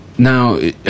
Now